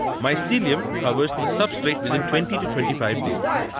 mycelium covers the substrate within twenty to twenty five days.